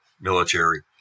military